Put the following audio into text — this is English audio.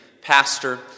pastor